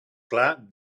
clar